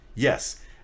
Yes